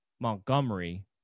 Montgomery